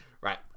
Right